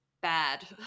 bad